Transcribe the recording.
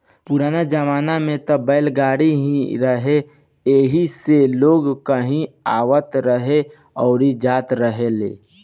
पुराना जमाना में त बैलगाड़ी ही रहे एही से लोग कहीं आवत रहे अउरी जात रहेलो